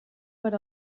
per